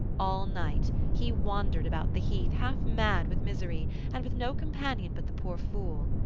all night he wandered about the heath half mad with misery, and with no companion but the poor fool.